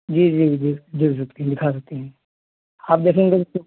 जी जी जी दिखा सकते हैं आप देखेंगे तो